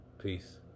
peace